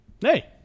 hey